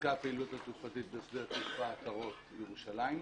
הופסקה הפעילות התעופתית בשדה התעופה עטרות בירושלים.